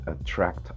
attract